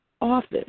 office